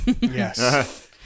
Yes